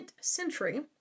century